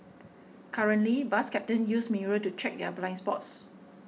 currently bus captains use mirrors to check their blind spots